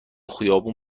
خیابون